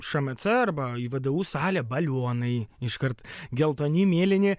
šmc arba į vdu salę balionai iškart geltoni mėlyni